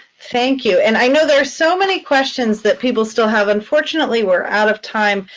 thank you, and i know there are so many questions that people still have. unfortunately, we're out of time,